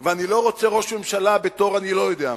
ואני לא רוצה ראש ממשלה בתור אני לא יודע מה.